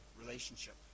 relationship